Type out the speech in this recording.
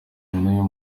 n’uyu